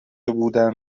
بودند